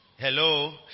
Hello